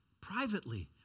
privately